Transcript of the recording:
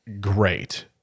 great